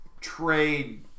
trade